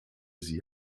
sie